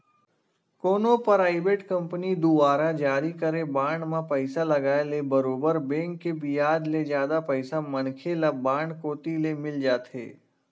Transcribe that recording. कोनो private company दुवारा जारी करे बांड म पइसा लगाय ले बरोबर बेंक के बियाज ले जादा पइसा मनखे ल बांड कोती ले मिल जाथे